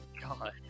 god